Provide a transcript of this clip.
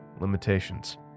limitations